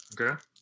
okay